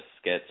sketch